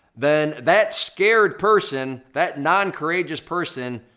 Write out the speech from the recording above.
then that scared person, that non-courageous person,